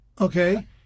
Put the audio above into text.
Okay